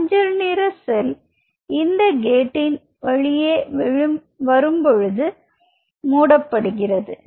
மஞ்சள் நிற செல் இந்த கேட்டின் வழியே வரும் பொழுது மூடப்படுகிறது